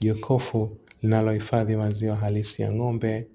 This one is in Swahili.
Jokofu linalohifadhi maziwa halisi ya ng'ombe,